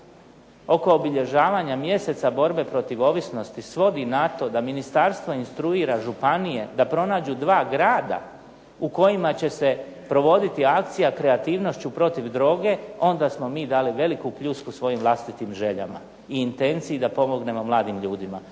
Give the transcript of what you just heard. oko obilježavanja mjeseca borbe protiv ovisnosti svodi na to da ministarstvo instruira županije da pronađu 2 grada u kojima će se provoditi akcija "Kreativnošću protiv droge" onda smo mi dali veliku pljusku svojim vlastitim željama i intenciji da pomognemo mladim ljudima.